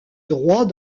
droit